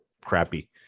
crappy